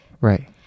Right